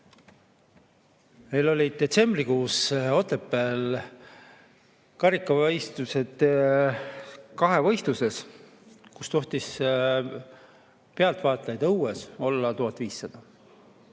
Meil olid detsembrikuus Otepääl karikavõistlused kahevõistluses, seal tohtis pealtvaatajaid õues olla 1500.